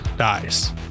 dies